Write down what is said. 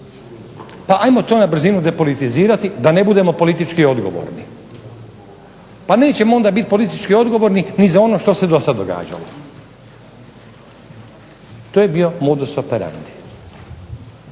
Pa ajmo to na brzinu depolitizirati da ne budemo politički odgovorni. Pa nećemo onda biti politički odgovorni ni za ono što se do sada događalo. To je bio modus operanti